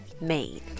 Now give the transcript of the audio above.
made